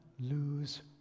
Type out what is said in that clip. lose